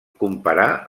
comparar